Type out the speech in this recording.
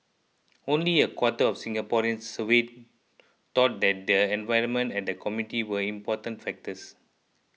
only a quarter of Singaporeans surveyed thought that the environment and the community were important factors